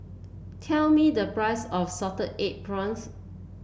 tell me the price of Salted Egg Prawns